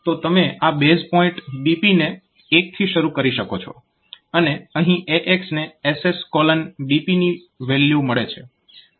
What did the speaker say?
તો તમે આ બેઝ પોઈન્ટ BP ને 1 થી શરૂ કરી શકો છો અને અહીં AX ને SSBP ની વેલ્યુ મળે છે